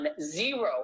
zero